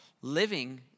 living